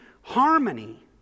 harmony